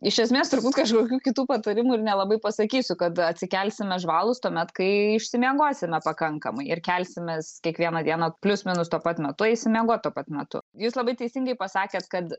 iš esmės turbūt kažkokių kitų patarimų ir nelabai pasakysiu kad atsikelsime žvalūs tuomet kai išsimiegosime pakankamai ir kelsimės kiekvieną dieną plius minus tuo pat metu eisim miegoti tuo pat metu jūs labai teisingai pasakėte kad